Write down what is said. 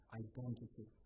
identity